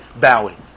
bowing